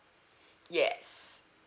yes